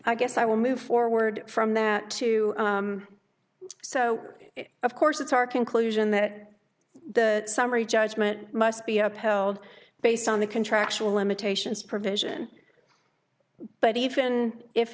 i guess i will move forward from there too so of course it's our conclusion that the summary judgment must be upheld based on the contractual limitations provision but even if